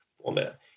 format